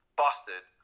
busted